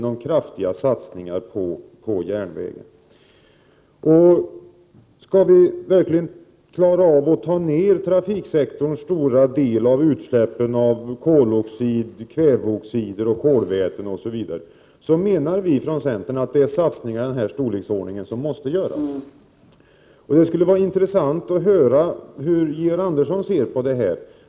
Om vi verkligen skall klara av att minska trafiksektorns stora del av utsläpp av koloxid, kväveoxider, kolväten osv., menar vi från centern att satsningar i den här storleksordningen måste göras. Det skulle vara intressant att få höra hur Georg Andersson ser på detta.